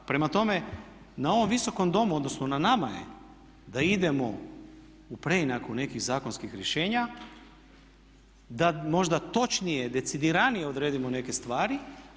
Prema tome, na ovom Visokom domu, odnosno na nama je da idemo u preinaku nekih zakonskih rješenja, da možda točnije, decidiranije odredimo neke stvari.